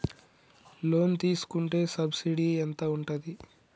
Loan తీసుకుంటే subsidy ఎంత ఉంటది?